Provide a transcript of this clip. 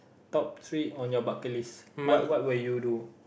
top three on your bucket list what what will you do